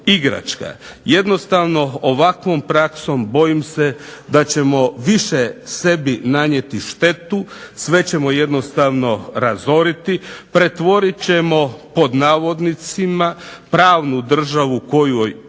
Jednostavno ovakvom praksom bojim se da ćemo više sebi nanijeti štetu, sve ćemo razoriti, pretvorit ćemo "pravnu" državu kojoj težimo